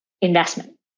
investment